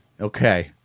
Okay